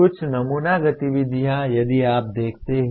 कुछ नमूना गतिविधियाँ यदि आप देखते हैं